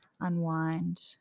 unwind